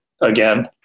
again